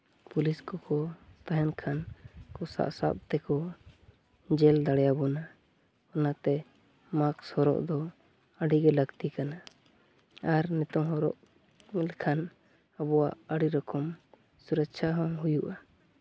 police ᱠᱚᱠᱚ ᱛᱟᱦᱮᱱ ᱠᱷᱟᱱ ᱩᱱᱠᱩ ᱥᱟᱵ ᱥᱟᱵ ᱛᱮᱠᱚ ᱡᱮᱞ ᱫᱟᱲᱮᱭᱟ ᱚᱱᱟᱛᱮ ᱢᱟᱠᱥ ᱦᱚᱨᱚᱜ ᱫᱚ ᱟᱹᱰᱤᱜᱮ ᱞᱟᱹᱠᱛᱤ ᱠᱟᱱᱟ ᱟᱨ ᱱᱤᱛᱚᱝ ᱦᱚᱨᱚᱜ ᱞᱮᱠᱷᱟᱱ ᱟᱵᱚᱣᱟᱜ ᱟᱹᱰᱤ ᱨᱚᱠᱚᱢ ᱥᱩᱨᱚᱪᱪᱷᱟ ᱦᱚᱸ ᱦᱩᱭᱩᱜᱼᱟ